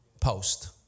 post